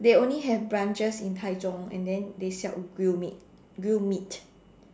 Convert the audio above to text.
they only have branches in Taichung and then they sell grilled meat grilled meat